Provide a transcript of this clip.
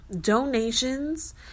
donations